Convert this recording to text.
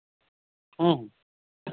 ᱦᱮᱸ